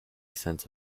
sense